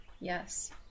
Yes